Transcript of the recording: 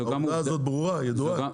העובדה הזאת ברורה, ידועה.